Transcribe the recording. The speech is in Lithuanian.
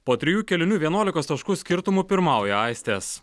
po trijų kėlinių vienuolikos taškų skirtumu pirmauja aistės